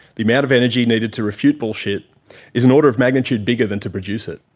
the amount of energy needed to refute bullshit is an order of magnitude bigger than to produce it.